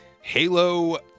Halo